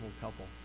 couple